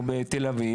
או בתל אביב,